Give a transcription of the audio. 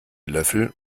löffel